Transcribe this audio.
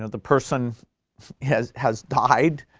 the person has has died,